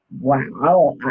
Wow